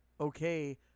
okay